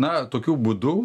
na tokiu būdu